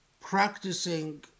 practicing